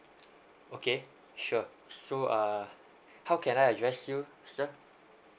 okay sure so uh how can I address you sir